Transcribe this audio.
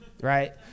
right